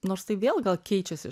nors tai vėl gal keičiasi iš